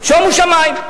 שומו שמים.